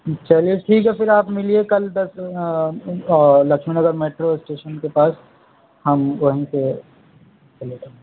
چلیے ٹھیک ہے پھر آپ ملیے کل بس لکشمی نگر میٹرو اسٹیشن کے پاس ہم ہم کو